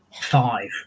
five